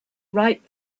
right